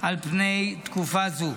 על פני תקופה זו.